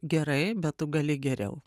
gerai bet tu gali geriau